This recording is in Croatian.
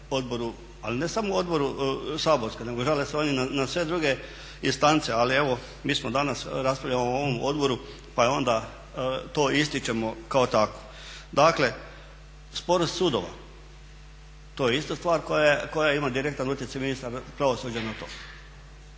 ali ne samo odboru saborskom nego žale se oni na sve druge instance ali evo mi danas raspravljamo o ovom odboru pa onda to ističemo kako takvo. Dakle, sporost sudova to je ista stvar koja ima direktan utjecaj ministar pravosuđa na to.